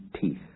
teeth